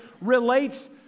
relates